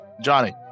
Johnny